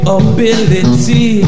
ability